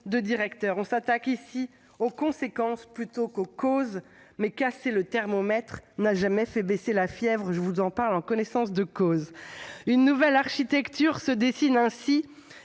termes, on s'attaque aux conséquences plutôt qu'aux causes. Mais casser le thermomètre n'a jamais fait baisser la fièvre, j'en parle en connaissance de cause ! Une nouvelle architecture se dessine ainsi.